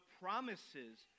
promises